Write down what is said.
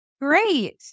Great